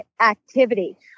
activity